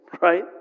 right